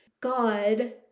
God